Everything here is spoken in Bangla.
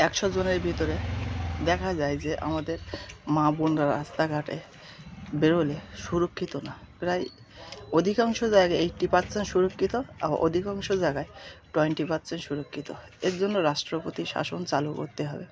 একশোজনের ভিতরে দেখা যায় যে আমাদের মা বোনরা রাস্তাঘাটে বেরোলে সুরক্ষিত না প্রায় অধিকাংশ জায়গায় এইট্টি পারসেন্ট সুরক্ষিত আবার অধিকাংশ জায়গায় টোয়েন্টি পারসেন্ট সুরক্ষিত এর জন্য রাষ্ট্রপতির শাসন চালু করতে হবে